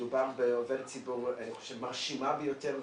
מדובר בעובדת ציבור מרשימה ביותר,